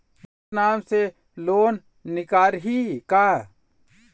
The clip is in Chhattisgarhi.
मोर नाम से लोन निकारिही का?